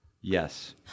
Yes